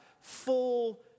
full